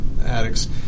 addicts